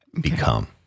become